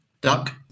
Duck